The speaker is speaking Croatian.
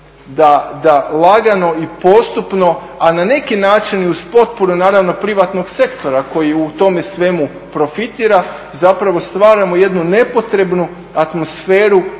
da lagano i postupno, a na neki način i uz potporu naravno privatnog sektora koji u tome svemu profitira zapravo stvaramo jednu nepotrebnu atmosferu